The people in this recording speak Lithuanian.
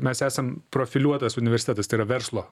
mes esam profiliuotas universitetas tai yra verslo